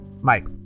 Mike